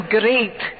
great